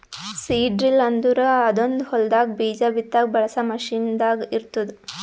seed drill ಅಂದುರ್ ಅದೊಂದ್ ಹೊಲದಾಗ್ ಬೀಜ ಬಿತ್ತಾಗ್ ಬಳಸ ಮಷೀನ್ ದಾಗ್ ಇರ್ತ್ತುದ